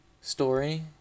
story